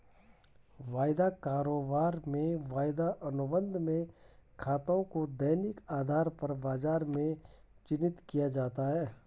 वायदा कारोबार में वायदा अनुबंध में खातों को दैनिक आधार पर बाजार में चिन्हित किया जाता है